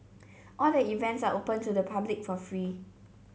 all the events are open to the public for free